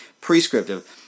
prescriptive